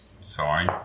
Sorry